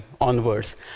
onwards